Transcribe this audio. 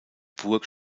burg